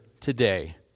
today